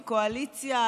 הקואליציה,